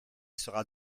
sera